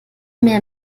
mehr